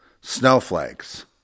snowflakes